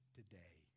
today